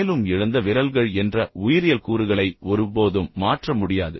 மேலும் இழந்த விரல்கள் என்ற உயிரியல் கூறுகளை ஒருபோதும் மாற்ற முடியாது